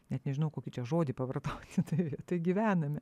net nežinau kokį čia žodį pavartoti tai gyvename